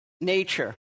nature